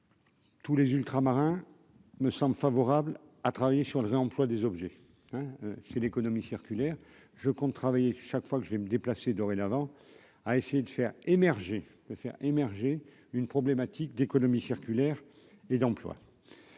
Tous les ultramarins me semble favorable à travailler sur le réemploi des objets oui c'est l'économie circulaire je compte travailler chaque fois que je vais me déplacer dorénavant à essayer de faire émerger de faire émerger une problématique d'économie circulaire et d'emplois.